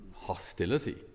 hostility